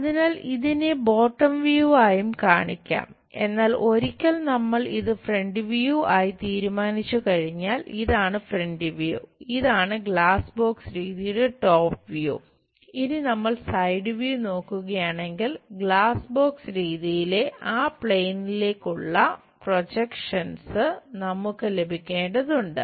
അതിനാൽ ഇതിനെ bottom view നമുക്ക് ലഭിക്കേണ്ടതുണ്ട്